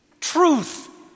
Truth